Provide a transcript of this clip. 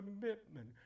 commitment